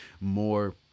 more